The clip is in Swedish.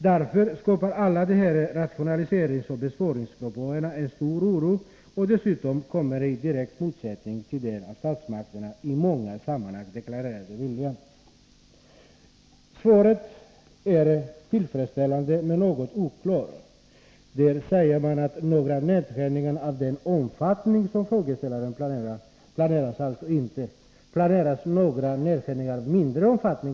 Därför skapar alla rationaliseringsoch besparingspropåer i detta avseende stor oro. Dessutom står de i direkt motsättning till den av statsmakterna i många sammanhang deklarerade målsättningen. Svaret är tillfredsställande men något oklart. Där sägs att några nedskärningar av den omfattning som frågeställaren befarar inte planeras. Planerar man då några nedskärningar av mindre omfattning?